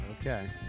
Okay